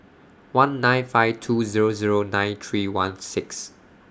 one nine five two Zero Zero nine three one six